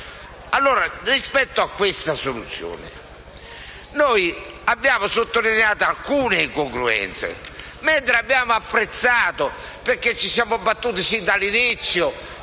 propria. Rispetto a questa soluzione abbiamo sottolineato alcune incongruenze, mentre abbiamo apprezzato altri aspetti. Ci siamo battuti sin dall'inizio,